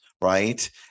Right